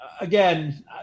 Again